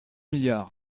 milliards